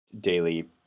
daily